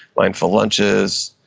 mindful lunches,